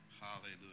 Hallelujah